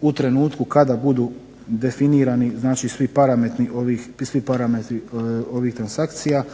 u trenutku kada budu definirani znači svi parametri ovih transakcija,